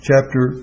Chapter